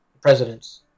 president's